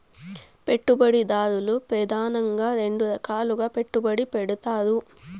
పెట్టుబడిదారులు ప్రెదానంగా రెండు రకాలుగా పెట్టుబడి పెడతారు